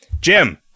Jim